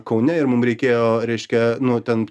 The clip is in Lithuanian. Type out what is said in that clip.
kaune ir mum reikėjo reiškia nu ten